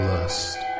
Lust